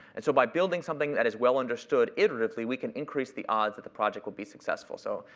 and so, by building something that is well-understood iteratively, we can increase the odds that the project will be successful. so,